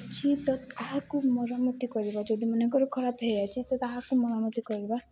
ଅଛି ତ ତାହାକୁ ମରାମତି କରିବା ଯଦି ମନେଙ୍କର ଖରାପ ହେଇଯାଇଛି ତ ତାହାକୁ ମରାମତି କରିବା